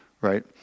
right